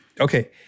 Okay